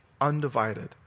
Undivided